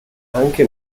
anche